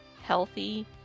healthy